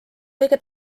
kõige